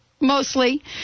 mostly